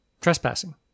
trespassing